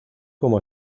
como